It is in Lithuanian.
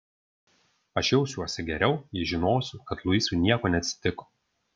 aš jausiuosi geriau jei žinosiu kad luisui nieko neatsitiko